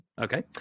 Okay